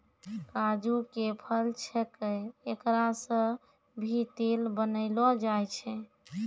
काजू के फल छैके एकरा सॅ भी तेल बनैलो जाय छै